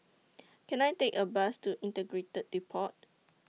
Can I Take A Bus to Integrated Depot